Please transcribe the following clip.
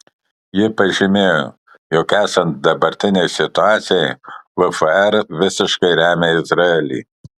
ji pažymėjo jog esant dabartinei situacijai vfr visiškai remia izraelį